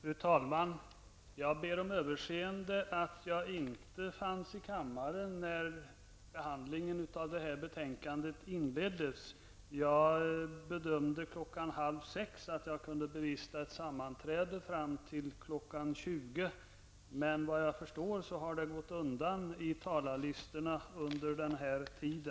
Fru talman! Jag ber om överseende för att jag inte fanns i kammaren när behandlingen av detta betänkande inleddes. Kl. 17.30 bedömde jag att jag kunde bevista ett sammanträde fram till kl. 20.00. Men efter vad jag förstår har det gått undan i talarlistan under denna tid.